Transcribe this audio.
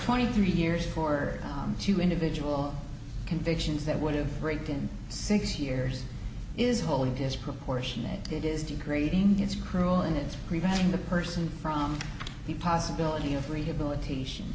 twenty three years for two individual convictions that would have raked in six years is wholly disproportionate it is degrading it's cruel and it's preventing the person from the possibility of rehabilitation